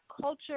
culture